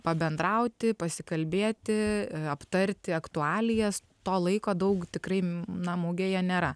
pabendrauti pasikalbėti aptarti aktualijas to laiko daug tikrai na mugėje nėra